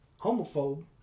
Homophobe